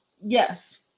yes